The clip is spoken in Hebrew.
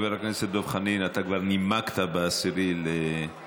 חבר הכנסת דב חנין, אתה כבר נימקת ב-10 בינואר.